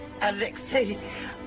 Alexei